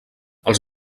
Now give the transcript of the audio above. els